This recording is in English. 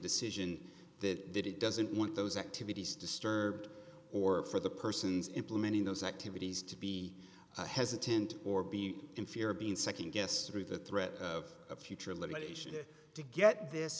decision that that it doesn't want those activities disturbed or for the persons implementing those activities to be hesitant or be in fear of being nd guessed through the threat of a future limitation to get this